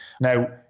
Now